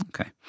Okay